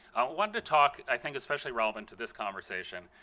want to talk, i think especially relevant to this conversation,